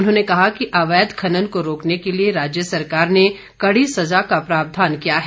उन्होंने कहा कि अवैध खनन को रोकने के लिए राज्य सरकार ने कड़ी सजा का प्रावधान किया है